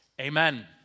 amen